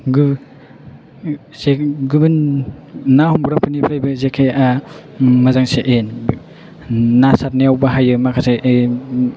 गुबुन ना हमग्रानिफोरफ्रायबो जेखायआ मोजांसिन ना सारनायाव बाहायो माखासे